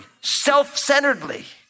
self-centeredly